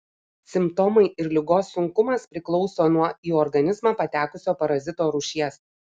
simptomai ir ligos sunkumas priklauso nuo į organizmą patekusio parazito rūšies